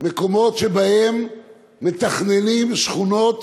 מקומות שבהם מתוכננות שכונות